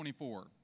24